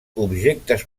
objectes